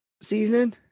season